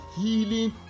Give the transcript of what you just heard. healing